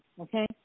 okay